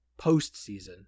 postseason